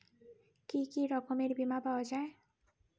কি কি রকমের বিমা পাওয়া য়ায়?